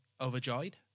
overjoyed